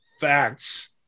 facts